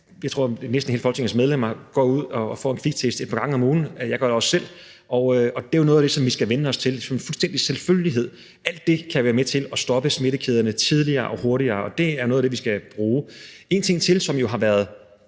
ligesom næsten alle Folketingets medlemmer gør, tror jeg, et par gange om ugen – det gør jeg også selv. Og det er jo noget af det, som vi skal vænne os til som en fuldstændig selvfølgelighed. Alt det kan være med til at stoppe smittekæderne tidligere og hurtigere, og det er noget af det, vi skal bruge. En ting til, som er en